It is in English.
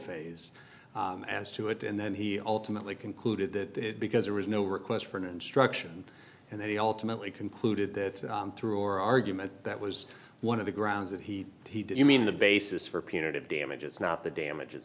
phase as to it and then he ultimately concluded that because there was no request for an instruction and that he ultimately concluded that through your argument that was one of the grounds that he he did you mean the basis for punitive damages not the damages